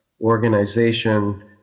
organization